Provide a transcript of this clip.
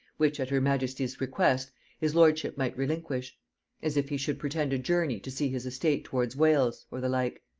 which at her majesty's request his lordship might relinquish as if he should pretend a journey to see his estate towards wales, or the like.